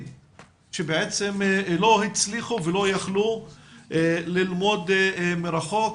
שבעצם לא הצליחו ולא יכלו ללמוד מרחוק.